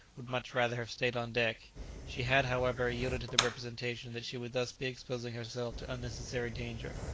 would much rather have stayed on deck she had, however, yielded to the representation that she would thus be exposing herself to unnecessary danger.